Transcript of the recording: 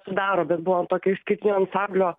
sudaro bet buvo tokio išskirtinio ansamblio